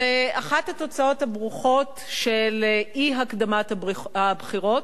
ואחת התוצאות הברוכות של אי-הקדמת הבחירות,